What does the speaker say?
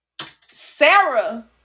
Sarah